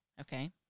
okay